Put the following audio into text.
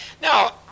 Now